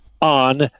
on